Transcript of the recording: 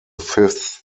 fifth